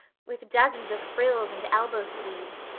with dozens of frills and elbow sleeves,